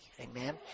Amen